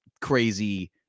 crazy